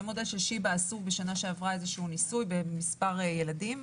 זה מודל ששיבא עשו בשנה שעברה איזשהו ניסוי במספר ילדים,